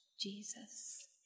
Jesus